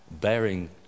bearing